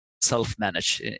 self-manage